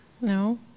No